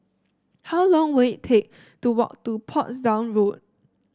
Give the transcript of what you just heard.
how long will it take to walk to Portsdown Road